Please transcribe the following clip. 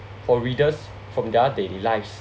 for readers from their daily lives